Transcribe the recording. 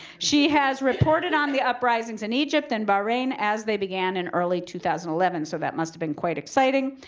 she has reported on the uprisings in egypt and bahrain as they began in early two thousand and eleven, so that must have been quite exciting.